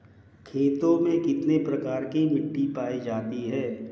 खेतों में कितने प्रकार की मिटी पायी जाती हैं?